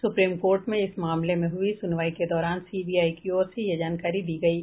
supreme Court में इस मामले पर हुई सुनवाई के दौरान सीबीआई की ओर से ये जानकारी दी गयी